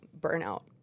burnout